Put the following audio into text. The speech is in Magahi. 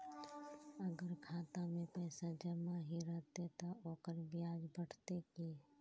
अगर खाता में पैसा जमा ही रहते ते ओकर ब्याज बढ़ते की?